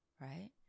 right